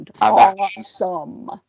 awesome